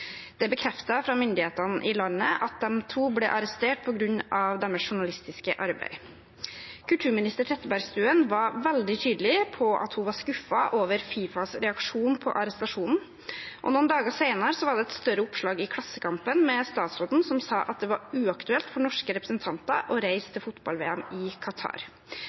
Det er bekreftet fra myndighetene i landet at de to ble arrestert på grunn av sitt journalistiske arbeid. Kulturminister Trettebergstuen var veldig tydelig på at hun var skuffet over FIFAs reaksjon på arrestasjonen, og noen dager senere var det et større oppslag i Klassekampen med statsråden der hun sa at det var uaktuelt for norske representanter å reise til fotball-VM i Qatar.